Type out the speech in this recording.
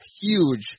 huge